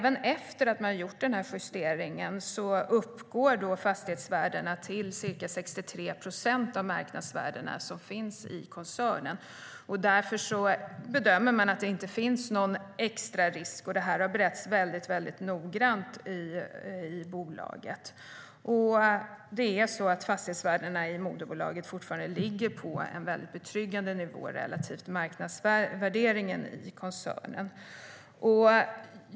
Efter justeringen uppgår fastighetsvärdena till ca 63 procent av de marknadsvärden som finns inom koncernen. Därför bedömer man det som att det inte har funnits någon extra risk, och detta har beretts väldigt noggrant i bolaget. Fastighetsvärdena i moderbolaget ligger fortfarande på en betryggande nivå relativt marknadsvärderingen i koncernen.